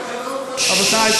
רבותי,